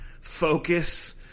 focus